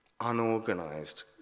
unorganized